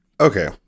Okay